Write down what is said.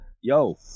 Yo